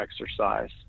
exercise